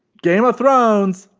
game of thrones,